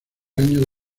año